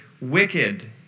wicked